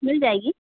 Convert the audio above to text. मिल जाएगी